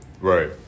right